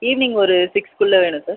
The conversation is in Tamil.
ஈவினிங் ஒரு சிக்ஸ்க்குள்ளே வேணும் சார்